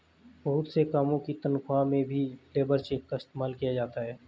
बहुत से कामों की तन्ख्वाह में भी लेबर चेक का इस्तेमाल किया जाता है